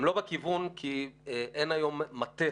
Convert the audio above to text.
הם לא בכיוון כי אין היום מטה